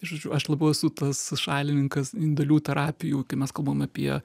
žodžiu aš labiau esu tas šalininkas individualių terapijų kai mes kalbam apie